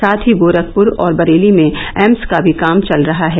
साथ ही गोरखपुर और बरेली में एम्स का भी काम चल रहा है